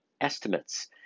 estimates